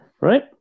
Right